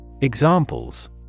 Examples